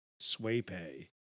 SwayPay